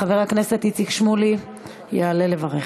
חבר הכנסת איציק שמולי יעלה לברך.